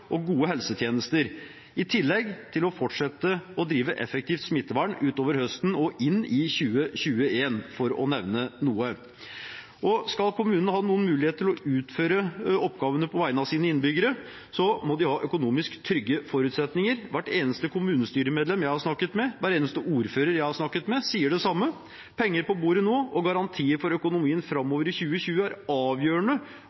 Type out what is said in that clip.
og gode helsetjenester, i tillegg til å fortsette å drive effektivt smittevern utover høsten og inn i 2021, for å nevne noe. Skal kommunene ha noen mulighet til å utføre oppgavene på vegne av sine innbyggere, må de ha økonomisk trygge forutsetninger. Hvert eneste kommunestyremedlem jeg har snakket med, hver eneste ordfører jeg har snakket med, sier det samme: Penger på bordet nå og garantier for økonomien